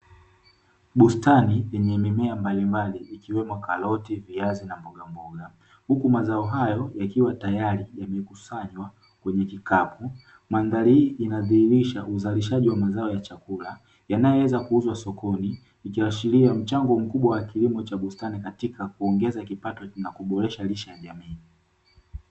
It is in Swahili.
Bustani yenye mimea mbalimbali ikiwemo karoti, viazi na mbogamboga; huku mazao hayo yakiwa tayari kukusanywa kwenye kikapu. Mandhari hii inadhihirisha uzalishaji wa mazao ya chakula yanayoweza kuuzwa sokoni, ikiashiria mchango mkubwa wa kilimo cha bustani katika kuongeza kipato, na kuboresha lishe ya jamii.